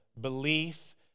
belief